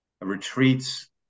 retreats